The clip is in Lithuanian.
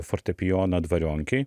fortepijono dvarionkėj